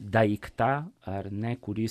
daiktą ar ne kurį